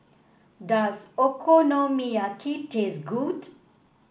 does Okonomiyaki taste good